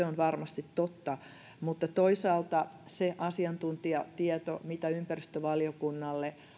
on varmasti totta mutta toisaalta se asiantuntijatieto mitä ympäristövaliokunnalle